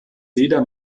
leder